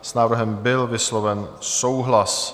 S návrhem byl vysloven souhlas.